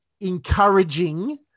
encouraging